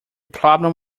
problem